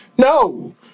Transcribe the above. No